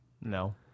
no